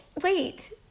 wait